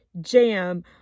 jam